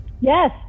Yes